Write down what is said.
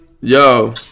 Yo